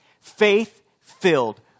faith-filled